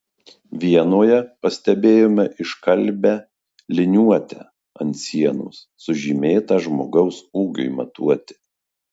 vienoje pastebėjome iškalbią liniuotę ant sienos sužymėtą žmogaus ūgiui matuoti